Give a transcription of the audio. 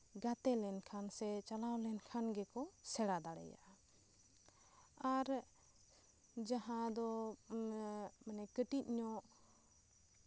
ᱜᱟᱛᱮ ᱞᱮᱱᱠᱷᱟᱱ ᱥᱮ ᱪᱟᱞᱟᱣ ᱞᱮᱱᱠᱷᱟᱱᱜᱮ ᱠᱚ ᱥᱮᱬᱟ ᱫᱟᱲᱮᱭᱟᱜᱼᱟ ᱟᱨ ᱡᱟᱦᱟᱸ ᱫᱚ ᱢᱟᱱᱮ ᱠᱟᱹᱴᱤᱡ ᱧᱚᱜ